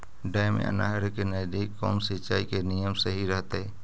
Dam या नहर के नजदीक कौन सिंचाई के नियम सही रहतैय?